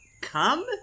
come